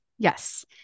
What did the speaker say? Yes